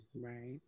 Right